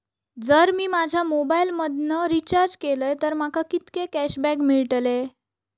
जर मी माझ्या मोबाईल मधन रिचार्ज केलय तर माका कितके कॅशबॅक मेळतले?